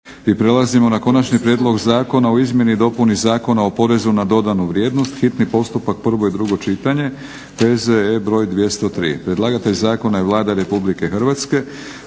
I prelazimo na - Konačni prijedlog Zakona o izmjeni i dopuni zakona o porezu na dodanu vrijednost, hitni postupak, prvo i drugo čitanje, PZE br. 203 Predlagatelj je Vlada RH. Prijedlog akta